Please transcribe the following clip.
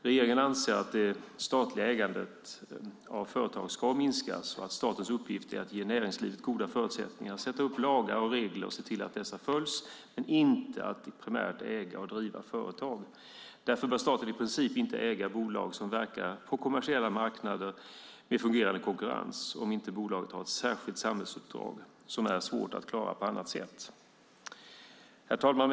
Regeringen anser att det statliga ägandet av företag ska minskas och att statens uppgift är att ge näringslivet goda förutsättningar att sätta upp lagar och regler och se till att dessa följs men inte att primärt äga och driva företag. Därför bör staten i princip inte äga bolag som verkar på kommersiella marknader i fungerande konkurrens om inte bolaget har ett särskilt samhällsuppdrag som är svårt att klara på annat sätt. Herr talman!